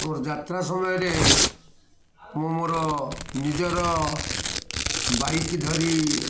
ମୋର ଯାତ୍ରା ସମୟରେ ମୁଁ ମୋର ନିଜର ବାଇକ ଧରି